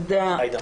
(היו"ר עאידה תומא סלימאן, 10:39) תודה.